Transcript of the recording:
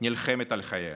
נלחמת על חייה.